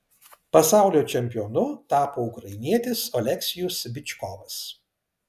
pasaulio čempionu tapo ukrainietis oleksijus byčkovas